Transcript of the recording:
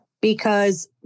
because-